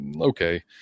okay